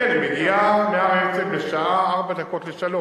כן, היא מגיעה מהר-הרצל בשעה 14:56,